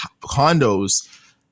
condos